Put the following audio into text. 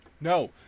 No